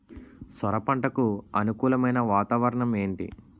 సొర పంటకు అనుకూలమైన వాతావరణం ఏంటి?